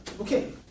Okay